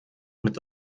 mit